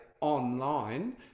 online